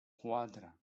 quatre